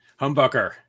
humbucker